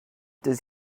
does